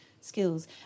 skills